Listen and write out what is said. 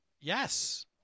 Yes